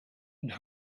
and